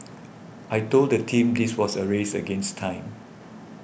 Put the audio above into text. I told the team this was a race against time